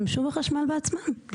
או בבאר שבע הם ישתמשו בחשמל בעצמם,